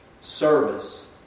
service